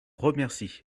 remercie